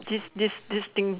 this this this thing